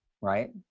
right